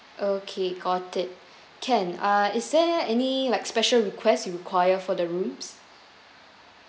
okay got it can uh is there any like special requests you require for the rooms